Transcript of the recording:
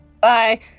Bye